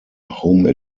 home